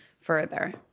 further